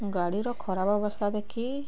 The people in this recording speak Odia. ଗାଡ଼ିର ଖରାପ ଅବସ୍ଥା ଦେଖି